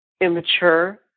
immature